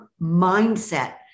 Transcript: mindset